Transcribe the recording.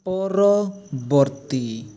ପରବର୍ତ୍ତୀ